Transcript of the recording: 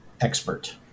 expert